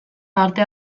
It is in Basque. parte